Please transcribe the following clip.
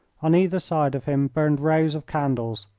on either side of him burned rows of candles,